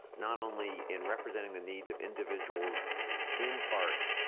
not only in representing the needs of individuals in parks,